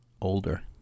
Older